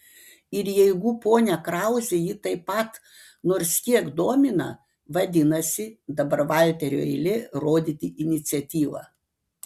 ir jeigu ponia krauzė jį taip pat nors kiek domina vadinasi dabar valterio eilė rodyti iniciatyvą